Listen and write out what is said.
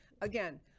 Again